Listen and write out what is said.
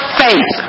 faith